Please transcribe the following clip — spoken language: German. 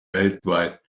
weltweit